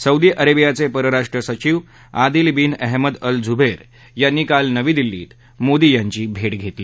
Saudi अरक्षियाचक्ष परराष्ट्र सचिव Adil bin Ahmed Al Jubeir प्रांनी काल नवी दिल्लीत मोदी यांची भट घरली